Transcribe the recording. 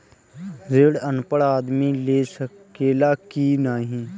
ऋण अनपढ़ आदमी ले सके ला की नाहीं?